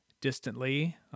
distantly